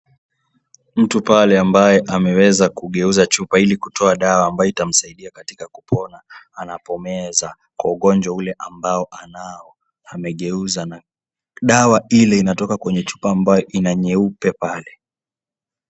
Mtu pale ambaye ameweza kugeuza chupa ili kutoa dawa ambayo itamsaidia katika kupona anapomeza, kwa ugonjwa ule ambao anao. Amegeuza na dawa ile inatoka kwa chupa ambayo ina nyeupe pale.